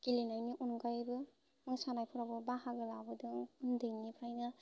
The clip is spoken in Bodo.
गेलेनायनि अनगायैबो मोसानायफोरावबो बाहागो लाबोदों उन्दैनिफ्रायनो